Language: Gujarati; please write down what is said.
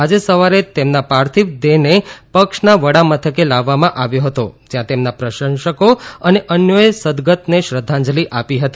આજે સવારે તેમના પાર્થીવ દેહને પક્ષના વડા મથકે લાવવામાં આવ્યો હતો જયાં તેમના પ્રશંસકો અને અન્ય એ સદગતને શ્રધ્ધાંજલી આપી હતી